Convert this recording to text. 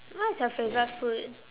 what's your favourite food